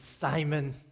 Simon